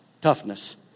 toughness